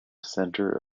center